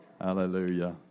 Hallelujah